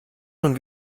nun